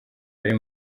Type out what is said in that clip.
ari